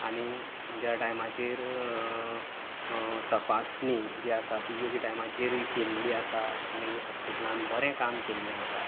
आनी ज्या टायमाचेर तपासणी जी आसा तिवूय बी टायमाचेरय केल्ली आसा आनी हॉस्पिटलान बरें काम केल्लें आसा